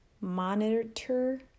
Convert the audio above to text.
monitor